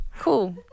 Cool